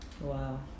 Wow